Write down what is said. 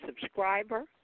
subscriber